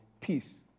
peace